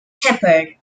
tempered